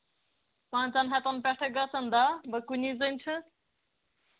پانٛژَن ہَتَن پٮ۪ٹھے گژھن دَہ بہٕ کُنی زَنہِ چھُ